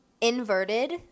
inverted